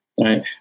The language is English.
right